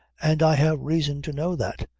and i have reason to know that,